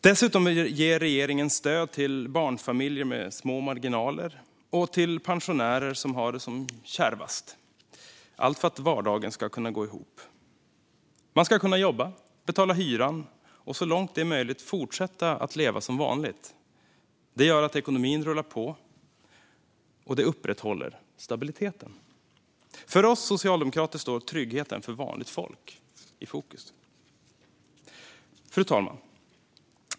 Dessutom ger regeringen stöd till barnfamiljer med små marginaler och till pensionärer som har det som kärvast - allt för att vardagen ska gå ihop. Man ska kunna jobba, betala hyran och så långt det är möjligt fortsätta leva som vanligt. Det gör att ekonomin rullar på, och det upprätthåller stabiliteten. För oss socialdemokrater står tryggheten för vanligt folk i fokus. Fru talman!